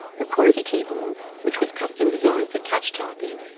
the qwerty keyboard, which was custom designed for touch typing,